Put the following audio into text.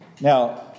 Now